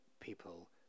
people